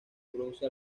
produce